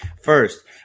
first